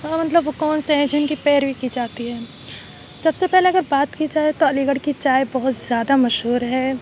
مطلب وہ کون سے ہیں جن کی پیروی کی جاتی ہے سب سے پہلے اگر بات کی جائے تو علی گڑھ کی چائے بہت زیادہ مشہور ہے